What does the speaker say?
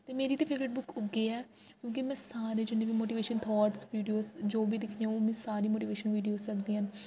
मेरी ते favourite book उ'ऐ ऐ क्योंकि में सारे जि'न्ने बी मोटिवेशन थॉट्स वीडियोस जो बी दिक्खनी ओह् मिगी सारी मोटिवेशन वीडियोस लगदियां न